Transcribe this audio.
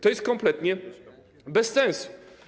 To jest kompletnie bez sensu.